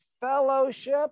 fellowship